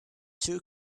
two